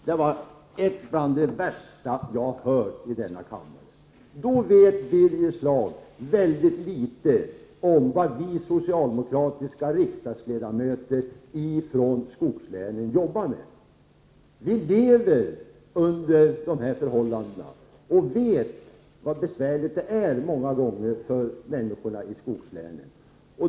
Det var något av det värsta jag har hört i denna kammare. Det visar att Birger Schlaug vet mycket litet om vad vi socialdemokratiska riksdagsledamöter från skogslänen jobbar med. Vi lever under dessa förhållanden i skogslänen och vet hur besvärligt det många gånger är för människorna där.